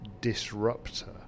Disruptor